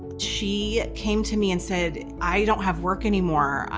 she came to me and said, i don't have work anymore.